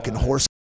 horse